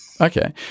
Okay